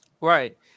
Right